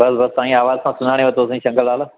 बसि बसि साईं आवाज़ सां सुञाणे वरितोसीं शंकर लाल